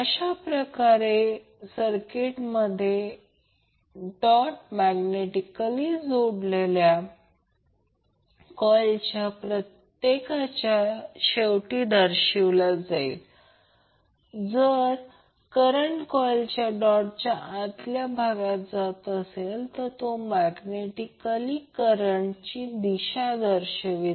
अशाप्रकारे सर्किटमध्ये dot 2 magnetically जोडलेल्या कॉइलच्या प्रत्येकाच्या शेवटी दर्शविला जाईल की जर करंट कॉइलच्या डॉटच्या भागातून आत शिरला तर मैग्नेटिक करंटची दिशा असे दर्शवते